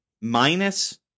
Minus